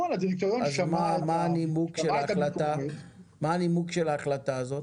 מה הנימוק של ההחלטה הזאת?